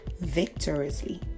victoriously